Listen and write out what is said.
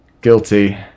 Guilty